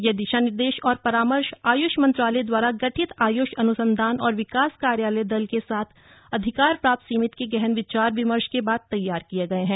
यह दिशा निर्देश और परामर्श आयुष मंत्रालय द्वारा गठित आयुष अनुसंधान और विकास कार्य दल के साथ अधिकार प्राप्त समिति के गहन विचार विमर्श के बाद तैयार किए गए हैं